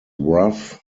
rough